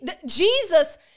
Jesus